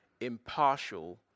impartial